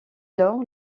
lors